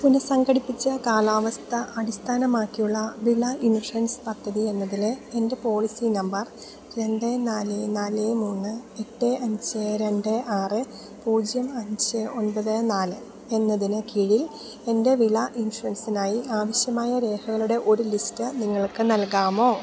പുനസംഘടിപ്പിച്ച കാലാവസ്ഥ അടിസ്ഥാനമാക്കിയുള്ള വിള ഇൻഷുറൻസ് പദ്ധതി എന്നതിലെ എൻ്റെ പോളിസി നമ്പർ രണ്ട് നാല് നാല് മൂന്ന് എട്ട് അഞ്ച് രണ്ട് ആറ് പൂജ്യം അഞ്ച് ഒൻപത് നാല് എന്നതിനു കീഴിൽ എൻ്റെ വിള ഇൻഷുറൻസിനായി ആവിശ്യമായ രേഖകളുടെ ഒരു ലിസ്റ്റ് നിങ്ങൾക്ക് നൽകാമോ